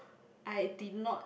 I did not